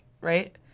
right